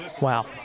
Wow